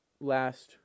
last